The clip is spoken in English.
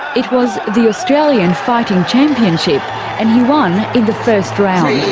it was the australian fighting championship and he won in the first round.